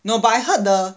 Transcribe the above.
no but I heard the